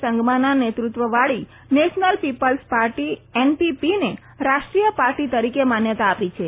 સંગમાના નેતૃત્વવાળી National People's Party એનપીપીને રાષ્ટ્રીય પાર્ટી તરીકે માન્યતા આપી છે